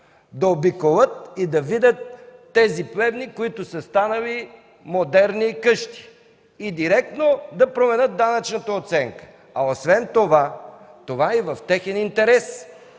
да обиколят и да видят тези плевни, които са станали модерни къщи и директно да проведат данъчната оценка. Освен това е и в техен интерес,